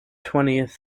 twentieth